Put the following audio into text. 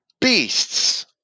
beasts